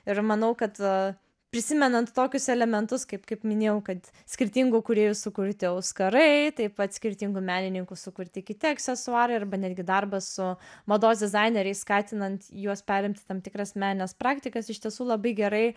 ir manau kad prisimenant tokius elementus kaip kaip kaip minėjau kad skirtingų kūrėjų sukurti auskarai taip pat skirtingų menininkų sukurti kiti aksesuarai arba netgi darbas su mados dizaineriais skatinant juos perimti tam tikras menines praktikas iš tiesų labai gerai